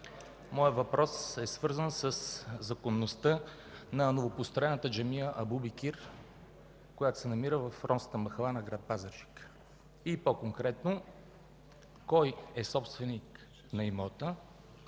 Моят въпрос е свързан със законността на новопостроената джамия „Абу Бекир”, която се намира в ромската махала на град Пазарджик, и по-конкретно: кой е собственик на имота;